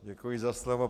Děkuji za slovo.